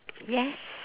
yes